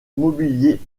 mobilier